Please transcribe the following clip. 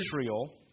Israel